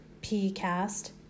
P-Cast